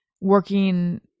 working